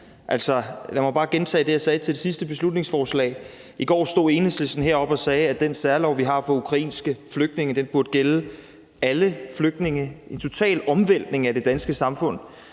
her. Lad mig bare gentage det, jeg sagde til det sidste beslutningsforslag, nemlig at i går stod Enhedslisten heroppe og sagde, at den særlov, vi har for ukrainske flygtninge, burde gælde alle flygtninge – en total omvæltning af det danske samfund,